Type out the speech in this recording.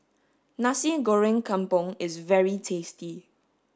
Nasi Goreng Kampung is very tasty